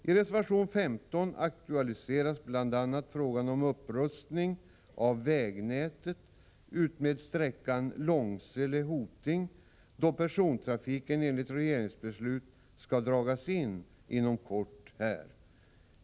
I reservation 14 aktualiseras bl.a. frågan om upprustning av vägnätet utmed sträckan Långsele-Hoting, då persontågstrafiken enligt regeringsbeslut skall dras in inom kort.